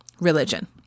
religion